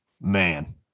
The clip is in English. Man